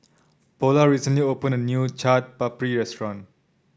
paula recently opened a new Chaat Papri restaurant